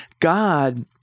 God